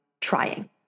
trying